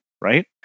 right